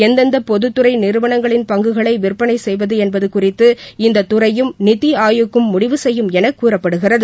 எந்தெந்த பொதுத்துறை நிறுவனங்களின் பங்குகளை விற்பனை செய்வது என்பது குறித்து இந்தத்துறையும் நித்தி ஆயோக்கும் முடிவு செய்யும் என கூறப்படுகிறது